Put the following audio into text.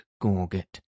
gorget